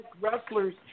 wrestlers